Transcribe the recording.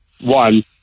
one